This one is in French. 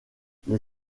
les